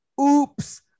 Oops